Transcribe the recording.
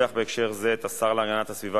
לפי פרמטרים של סיכון בנהיגה,